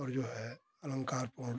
और जो है अलंकार पूर्ण